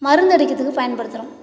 மருந்தடிக்கிறதுக்கு பயன்படுத்துகிறோம்